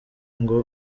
ngo